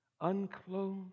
unclothed